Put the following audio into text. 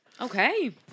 Okay